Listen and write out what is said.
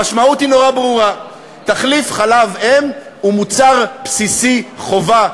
המשמעות היא נורא ברורה: תחליף חלב אם הוא מוצר בסיסי חובה.